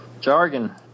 jargon